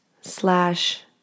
slash